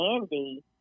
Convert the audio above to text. Andy